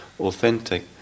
authentic